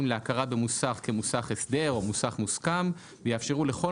להכרה במוסך כמוסך הסדר או מוסך מוסכם ויאפשרו לכל